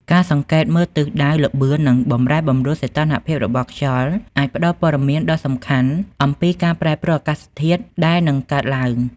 ការសង្កេតមើលទិសដៅ ល្បឿន និងបម្រែបម្រួលសីតុណ្ហភាពរបស់ខ្យល់អាចផ្តល់ព័ត៌មានដ៏សំខាន់អំពីការប្រែប្រួលអាកាសធាតុដែលនឹងកើតឡើង។